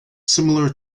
similar